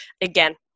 Again